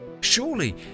Surely